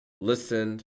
listened